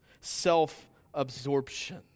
self-absorption